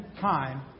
time